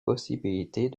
possibilités